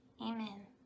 Amen